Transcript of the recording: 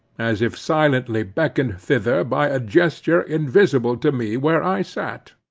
as if silently beckoned thither by a gesture invisible to me where i sat.